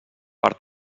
per